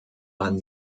mann